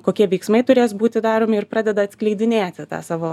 kokie veiksmai turės būti daromi ir pradeda atskleidinėti tą savo